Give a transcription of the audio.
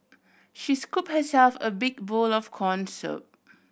she scooped herself a big bowl of corn soup